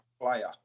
player